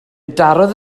darodd